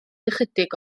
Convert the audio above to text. ychydig